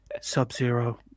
sub-zero